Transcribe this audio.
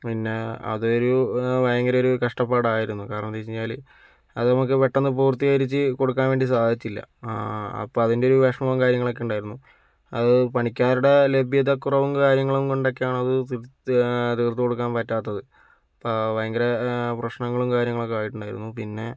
പിന്നെ അതൊരു ഭയങ്കര ഒരു കഷ്ടപ്പാടായിരുന്നു കാരണെന്തെന്നുവച്ചു കഴിഞ്ഞാല് അത് നമുക്ക് പെട്ടെന്ന് പൂർത്തീകരിച്ചു കൊടുക്കാൻ വേണ്ടി സാധിച്ചില്ല അപ്പോൾ അതിൻ്റെ ഒരു വിഷമവും കാര്യങ്ങളൊക്കെയുണ്ടായിരുന്നു അത് പണിക്കാരുടെ ലഭ്യതക്കുറവും കാര്യങ്ങളും കൊണ്ടൊക്കെയാണ് അത് തീർത്തുകൊടുക്കാൻ പറ്റാത്തത് അപ്പോൾ ഭയങ്കര പ്രശ്നങ്ങളും കാര്യങ്ങളൊക്കെയായിട്ടുണ്ടായിരുന്നു പിന്നെ